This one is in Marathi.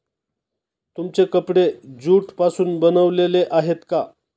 तुमचे कपडे ज्यूट पासून बनलेले आहेत का?